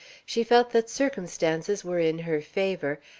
she felt that circumstances were in her favor,